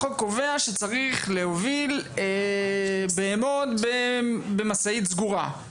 החוק קובע שצריך להוביל בהמות במשאית סגורה.